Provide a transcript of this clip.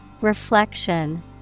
Reflection